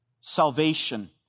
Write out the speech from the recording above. Salvation